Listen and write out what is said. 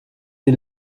est